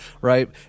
right